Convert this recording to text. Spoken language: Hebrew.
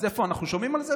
אז איפה אנחנו שומעים על זה?